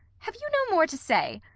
have you no more to say?